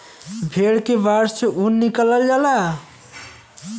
भेड़ के बार से ऊन निकालल जाला